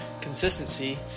consistency